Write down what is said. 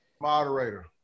Moderator